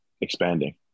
expanding